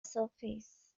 surface